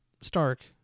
Stark